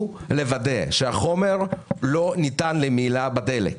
לוודא שהחומר לא ניתן למהילה בדלק.